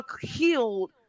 healed